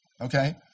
okay